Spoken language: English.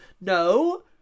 no